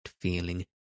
feeling